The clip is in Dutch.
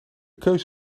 keuze